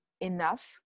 enough